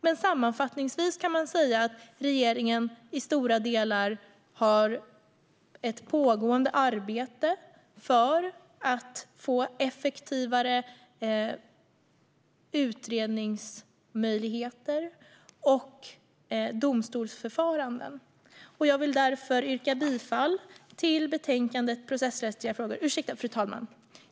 Men sammanfattningsvis kan man säga att regeringen har ett pågående arbete för att få effektivare utredningsmöjligheter och domstolsförfaranden. Jag vill därför yrka bifall till förslaget i betänkandet, Processrättsliga frågor . Fru talman!